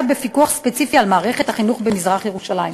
בפיקוח ספציפי על מערכת החינוך במזרח-ירושלים.